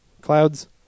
Clouds